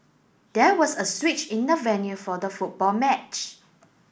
there was a switch in the venue for the football match